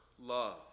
love